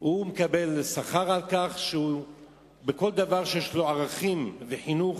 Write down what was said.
הוא מקבל שכר על כך שכל דבר שיש בו ערכים וחינוך,